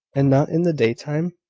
and not in the daytime?